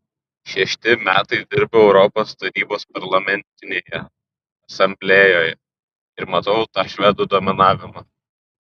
šešti metai dirbu europos tarybos parlamentinėje asamblėjoje ir matau tą švedų dominavimą